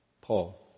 Paul